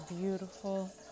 beautiful